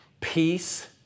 peace